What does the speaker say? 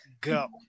go